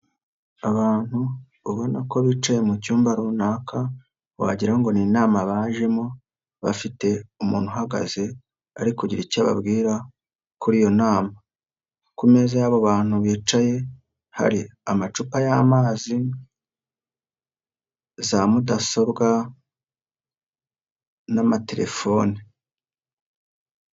Abantu ubona ko bicaye mu cyumba runaka wagira ni inama bajemo, bafite umuntu uhagaze ari kugira icyo ababwira kuri iyo nama, ku meza y'abo bantu bicaye hari amacupa y'amazi, za mudasobwa n'amatelefone.